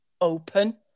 open